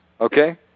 Okay